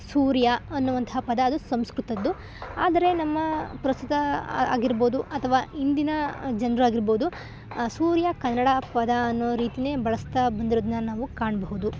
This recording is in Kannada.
ಸೂರ್ಯ ಅನ್ನುವಂಥ ಪದ ಅದು ಸಂಸ್ಕೃತದ್ದು ಆದರೆ ನಮ್ಮ ಪ್ರಸ್ತುತ ಆಗಿರ್ಬೋದು ಅಥ್ವ ಇಂದಿನ ಜನರಾಗಿರ್ಬೌದು ಸೂರ್ಯ ಕನ್ನಡ ಪದ ಅನ್ನೋ ರೀತಿ ಬಳಸ್ತಾ ಬಂದಿರೋದನ್ನ ನಾವು ಕಾಣಬಹುದು